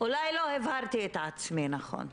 אולי לא הבהרתי את עצמי נכון.